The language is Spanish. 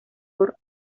por